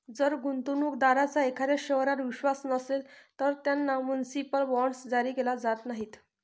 जर गुंतवणूक दारांचा एखाद्या शहरावर विश्वास नसेल, तर त्यांना म्युनिसिपल बॉण्ड्स जारी केले जात नाहीत